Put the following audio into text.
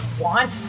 want